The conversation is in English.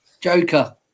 Joker